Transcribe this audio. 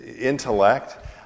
intellect